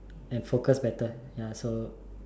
and focus better so